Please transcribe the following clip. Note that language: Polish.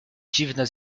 dziwne